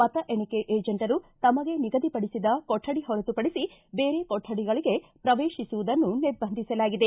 ಮತ ಎಣಿಕೆ ಏಜೆಂಟ್ರು ತಮಗೆ ನಿಗದಿಪಡಿಸಿದ ಕೊಠಡಿ ಹೊರತುಪಡಿಸಿ ದೇರೆ ಕೊಠಡಿಗಳಿಗೆ ಪ್ರವೇಶಿಸುವುದನ್ನು ನಿರ್ಬಂಧಿಸಲಾಗಿದೆ